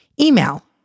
Email